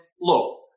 look